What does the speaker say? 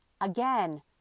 again